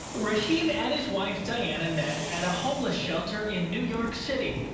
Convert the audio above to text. raheem and his wife, diana met at a homeless shelter in new york city.